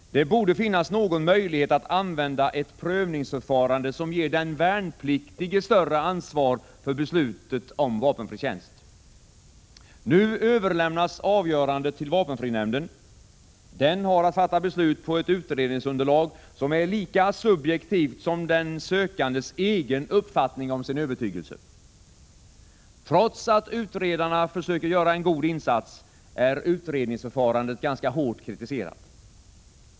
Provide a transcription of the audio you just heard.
Det borde finnas någon möjlighet att använda ett prövningsförfarande som ger den värnpliktige större ansvar för beslutet om vapenfri tjänst. Nu överlämnas avgörandet till vapenfrinämnden. Den har att fatta beslut på ett utredningsunderlag som är lika subjektivt som den sökandes egen uppfattning om sin övertygelse. Trots att utredarna försöker göra en god insats, är utredningsförfarandet ganska hårt kritiserat.